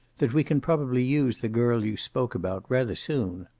that we can probably use the girl you spoke about, rather soon.